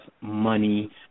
money